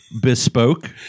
bespoke